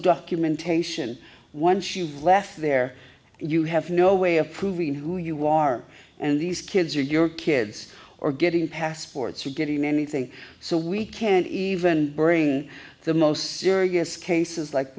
documentation once you've left there you have no way of proving who you are and these kids are your kids or getting passports or getting anything so we can't even bring the most serious cases like